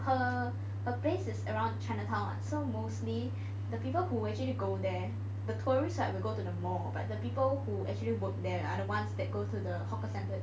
her her place is around Chinatown [what] so mostly the people who actually go there the tourist side will go to the mall but the people who actually work there are the ones that go to the hawker centre to eat